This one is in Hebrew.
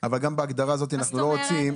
מה זאת אומרת?